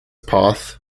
path